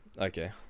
okay